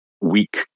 weak